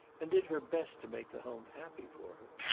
and did her best to make the home happy for her.